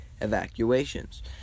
evacuations